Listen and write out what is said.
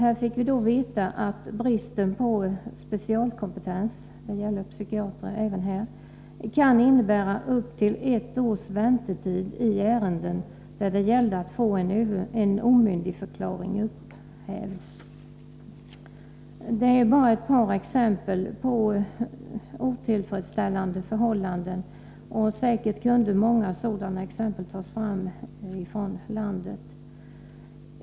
Vi fick då veta att bristen på specialkompetens — det gällde psykiatrer även här — kan innebära upp till ett års väntetid i ärenden som avser att få en omyndigförklaring upphävd. Detta är bara ett par exempel på otillfredsställande förhållanden. Säkert kan många sådana tas fram från landet.